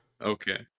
Okay